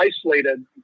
isolated